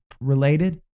related